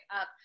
up